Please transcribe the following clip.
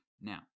Now